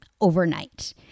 overnight